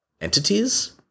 entities